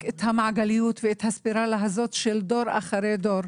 את המעגליות ואת הספירלה הזאת של דור אחרי דור.